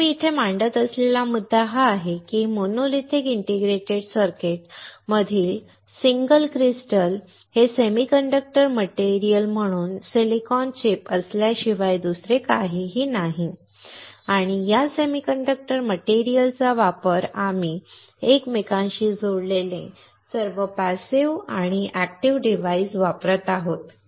तर मी इथे मांडत असलेला मुद्दा हा आहे की या मोनोलिथिक इंटिग्रेटेड सर्किट मधील सिंगल क्रिस्टल हे सेमीकंडक्टर मटेरियल म्हणून सिलिकॉन चिप असल्याशिवाय दुसरे काहीही नाही आणि या सेमीकंडक्टर मटेरियलच्या वर आम्ही एकमेकांशी जोडलेले सर्व पॅसिव्ह आणि एक्टिव डिवाइस वापरत आहोत